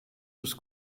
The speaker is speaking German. des